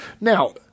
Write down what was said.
Now